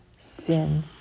Sin